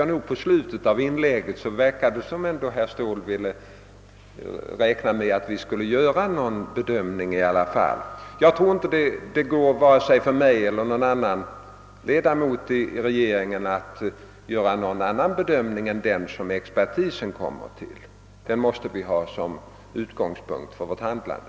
Men mot slutet av inlägget verkade det som om herr Ståhl i alla fall räknade med att vi skulle göra en del självständiga bedömningar. Jag tror nu inte att det går för vare sig mig eller annan ledamot av regeringen att göra någon annan bedömning än den som expertisen kommer fram till. Dess bedömning måste vi i sådana fall som detta alltid ha som utgångspunkt för vårt handlande.